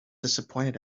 disappointed